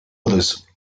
others